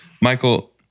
Michael